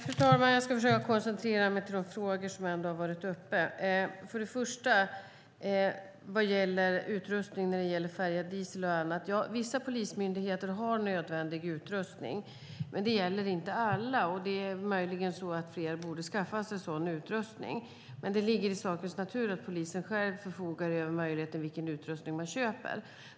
Fru talman! Jag ska försöka koncentrera mig till de frågor som har tagits upp. Först och främst vad gäller utrustning, färgad diesel och annat, har vissa polismyndigheter nödvändig utrustning, men det gäller inte alla. Möjligen borde fler skaffa sig sådan utrustning. Men det ligger i sakens natur att polisen själv förfogar över vilken utrustning man köper.